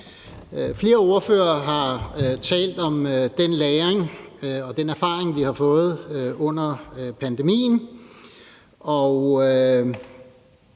Flere ordførere har talt om den læring og den erfaring, vi har fået under pandemien,